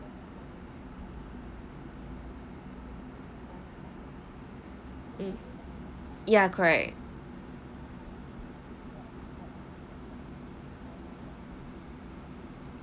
mm ya correct